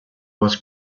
was